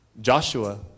Joshua